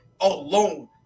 alone